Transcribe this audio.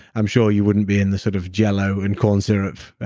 i'm sure you wouldn't be in this sort of jello and corn syrup,